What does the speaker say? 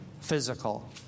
physical